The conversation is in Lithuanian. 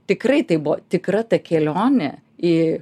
tikrai tai buvo tikra ta kelionė į